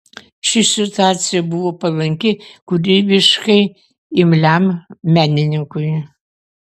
ši situacija buvo palanki kūrybiškai imliam menininkui